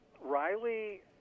Riley